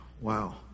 wow